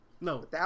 No